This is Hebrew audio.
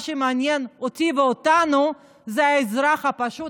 מה שמעניין אותי ואותנו זה האזרח הפשוט